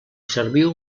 serviu